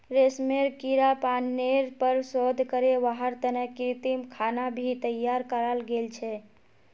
रेशमेर कीड़ा पालनेर पर शोध करे वहार तने कृत्रिम खाना भी तैयार कराल गेल छे